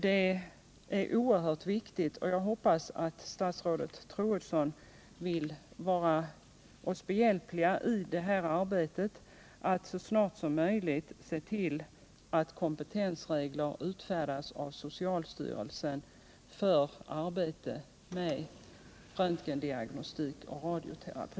Det är oerhört viktigt, och jag hoppas att statsrådet Troedsson vill vara oss behjälplig i arbetet att så snart som möjligt se till att kompetensregler utfärdas av socialstyrelsen för arbete med röntgendiagnostik och radioterapi.